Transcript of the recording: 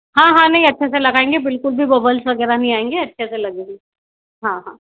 हाँ हाँ नहीं अच्छा सा लगाएंगे बिलकुल भी बब्बल्स वगैरह नहीं आएगे अच्छे से लगेगी हाँ हाँ